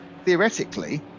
theoretically